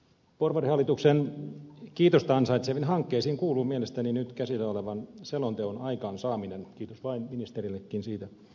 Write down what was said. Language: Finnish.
porvarihallituksen kiitosta ansaitseviin hankkeisiin kuuluu mielestäni nyt käsillä olevan selonteon aikaansaaminen kiitos vain ministerillekin siitä